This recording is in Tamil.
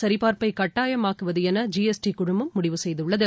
சரிபார்ப்பை கட்டாயமாக்குவது என ஜிஎஸ்டி குழுமம் முடிவு செய்துள்ளது